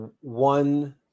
one